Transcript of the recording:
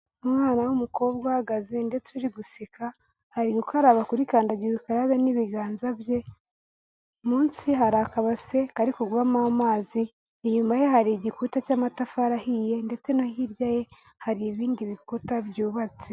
Umwana w'umukobwa uhagaze ndetse uri guseka, ari gukaraba kuri kandagira ukarabe n'ibiganza bye, munsi hari akabase, kari kugwamo amazi, inyuma ye hari igikuta cy'amatafari ahiye, ndetse no hirya ye, hari ibindi bikuta byubatse.